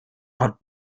gott